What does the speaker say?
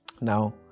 Now